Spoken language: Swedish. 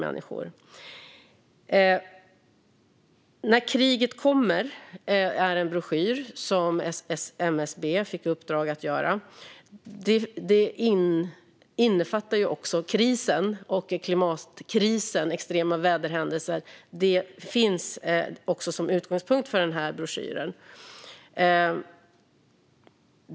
Om krisen eller kriget kommer är en broschyr som MSB fick i uppdrag att göra. Den innefattar också krisen, och klimatkrisen och extrema väderhändelser finns som utgångspunkt för broschyren.